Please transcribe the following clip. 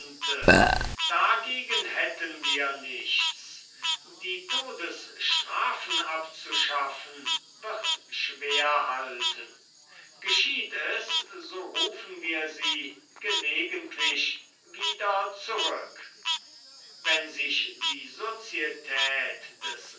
dagegen hätten wir nichts die todesstrafen abzuschaffen wird schwerhalten geschieht es so rufen wir sie gelegentlich wieder zurück wenn sich die sozietät des